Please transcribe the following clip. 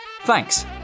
Thanks